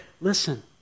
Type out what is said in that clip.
listen